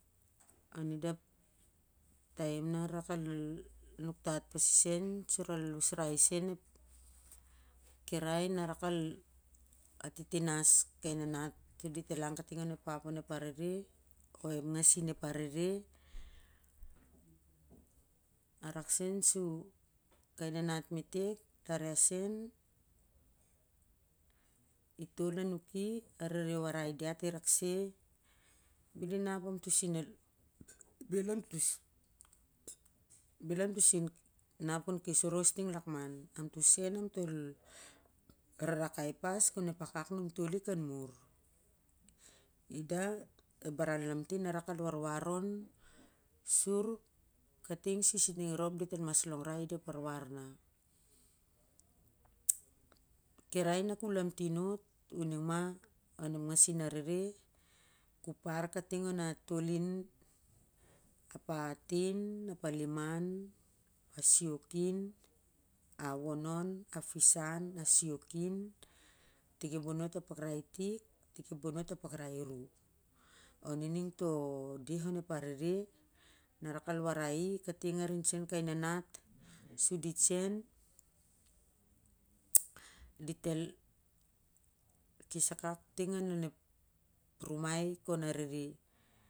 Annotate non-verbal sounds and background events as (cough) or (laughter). Onida ep taim na arakal nuktatpasi sen sur al usrai sen ep kirai na arakal atitinas kai nanat sudit el nan kating onep ap onep arere oh ep ngasin ep arere, arak sen sui kai nanat metek lar ia sen, itol anuki arere warai diat irakse bel inap amtoh sin el, bel amtoh sin (noise) bel amtoh sin nap kon kes oros ting lakman, amtoh sen amtok rara kai pas konep akak numtoli kanmur, ida ep baran lom tin arakal warwar na (unintelligible) kirai na ku lamtin af, uning ma onep ngasin arere, ku par kating ona tolin apa hatin apa liman, a siok in a wonon, a fis an, a siok in, tik ep bonot ipakrai itik, tik ep bonot ipakrai iru, onining toh de onep arere, na arakal warai kating arinsen kai nanat su dit sen (noise) ditel kesakak ting lon rumai onep arere.